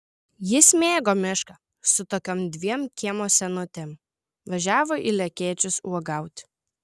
jis mėgo mišką su tokiom dviem kiemo senutėm važiavo į lekėčius uogauti